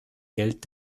geld